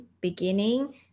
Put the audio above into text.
beginning